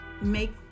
make